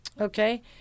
Okay